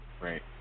Right